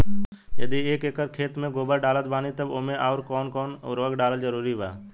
यदि एक एकर खेत मे गोबर डालत बानी तब ओमे आउर् कौन कौन उर्वरक डालल जरूरी बा?